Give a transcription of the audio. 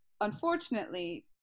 unfortunately